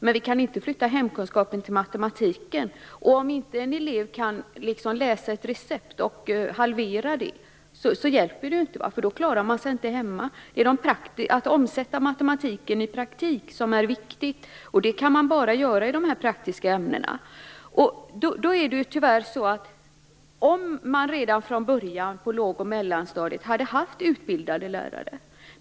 Men man kan inte flytta hemkunskapen till matematiken. Om inte en elev kan läsa ett recept och halvera det hjälper det inte. Då klarar man sig inte hemma. Det är att omsätta matematiken i praktik som är viktigt, och det kan man bara göra i de praktiska ämnena. Det hade fungerat om man redan från början på låg och mellanstadiet hade haft utbildade lärare.